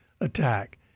attack